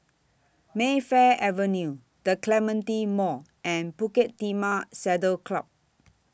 Mayfield Avenue The Clementi Mall and Bukit Timah Saddle Club